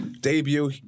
debut